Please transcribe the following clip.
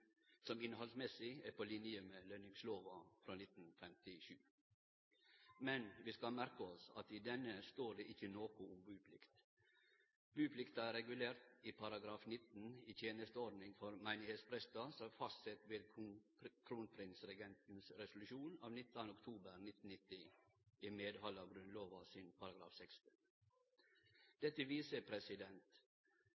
som med omsyn til innhaldet er på linje med lønningslova frå 1957. Men vi skal merke oss at i den lova står det ikkje noko om buplikt. Buplikta er regulert i § 19 i Tjenesteordning for menighetsprester, som er fastsett ved kronprinsregentens resolusjon av 19. oktober 1990, i medhald av Grunnlova